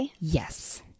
Yes